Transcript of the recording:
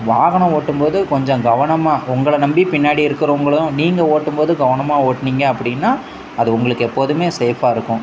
வாகனம் ஓட்டும்போது கொஞ்சம் கவனமாக உங்களை நம்பி பின்னாடி இருக்கிறவங்களும் நீங்கள் ஓட்டும்போது கவனமாக ஓட்டுனிங்க அப்படின்னா அது உங்களுக்கு எப்போதுமே சேஃப்பாக இருக்கும்